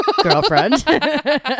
girlfriend